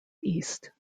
east